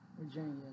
Virginia